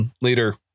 leader